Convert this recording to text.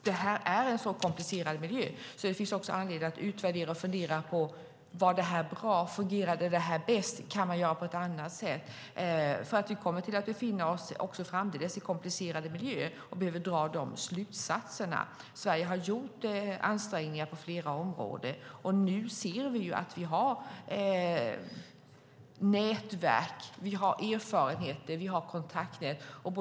Detta är en så komplicerad miljö att det finns anledning att utvärdera och fundera på om detta var bra och om det fungerade bäst eller om man kan göra på ett annat sätt. Vi kommer nämligen också framdeles att befinna oss i komplicerade miljöer, och vi behöver dra dessa slutsatser. Sverige har gjort ansträngningar på flera områden, och nu ser vi att vi har nätverk, erfarenheter och kontaktnät.